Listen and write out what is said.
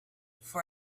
for